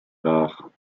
rare